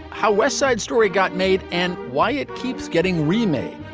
how west side story got made and why it keeps getting remade.